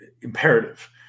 imperative